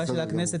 בסדר.